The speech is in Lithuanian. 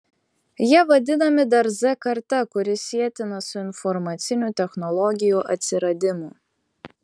jie vadinami dar z karta kuri sietina su informacinių technologijų atsiradimu